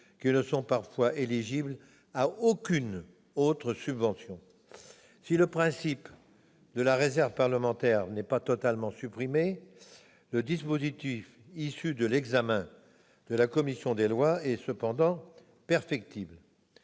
ne sont parfois éligibles à aucune autre subvention. Si le principe de la réserve parlementaire n'est pas totalement supprimé, le dispositif issu de l'examen du texte par la commission des lois est cependant perfectible.